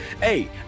Hey